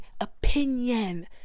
opinion